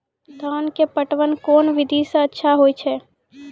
धान के पटवन कोन विधि सै अच्छा होय छै?